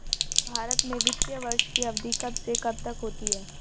भारत में वित्तीय वर्ष की अवधि कब से कब तक होती है?